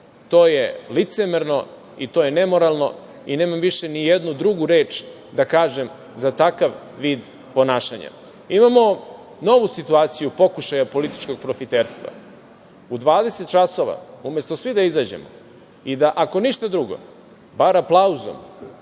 to je licemerno i to je nemoralno i nemam više ni jednu drugu reč da kažem za takav vid ponašanja. Imamo novu situaciju pokušaja političkog profiterstva. U 20 časova, umesto svi da izađemo i da, ako ništa drugo, bar aplauzom